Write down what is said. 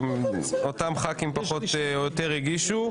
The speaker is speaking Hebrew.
אותם ח"כים פחות או יותר הגישו.